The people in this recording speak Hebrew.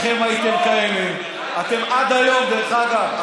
דרך אגב,